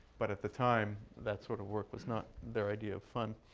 but at the time, that sort of work was not their idea of fun.